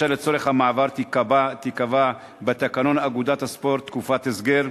ולצורך המעבר תיקבע בתקנון אגודת הספורט תקופת הסגר,